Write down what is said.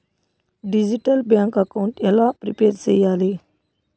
Digital bank account ఎలా prepare సెయ్యాలి?